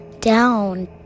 down